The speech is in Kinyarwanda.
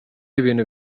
ibintu